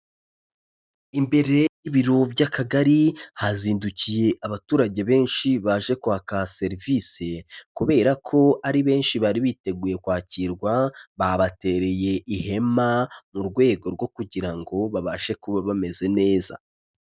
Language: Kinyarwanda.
Imbere y'ibiro by'akagari, hazindukiye abaturage benshi baje kwaka serivisi. Kubera ko ari benshi bari biteguye kwakirwa, babatereye ihema, mu rwego rwo kugira ngo babashe kuba bameze neza.